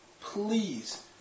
please